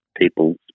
people's